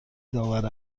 داور